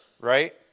right